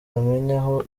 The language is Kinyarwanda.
aho